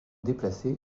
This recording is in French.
déplacés